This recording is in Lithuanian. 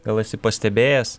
gal esi pastebėjęs